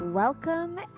Welcome